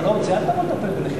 אתה לא רוצה, אל תבוא לטפל בנכה.